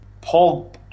Paul